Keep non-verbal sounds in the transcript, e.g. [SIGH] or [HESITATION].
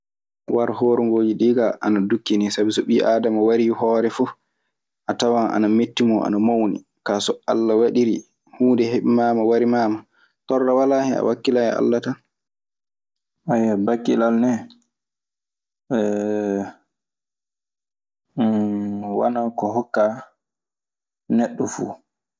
Waruhoorengooji ɗii kaa ana dukkinii. Sabi so ɓii aadama warii hoore fuf a tawan ana metti mo ana mawni kaa. so Alla waɗiri huunde heɓi maama wari maama torla walaa hen a wakkilan e Alla tan. [HESITATION] Bakkillal nee [HESITATION] wanaa ko hokka neɗɗo fuu.